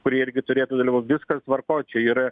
kurie irgi turėtų dalyvaut viskas tvarkoj čia yra